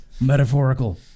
metaphorical